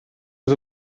was